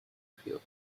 field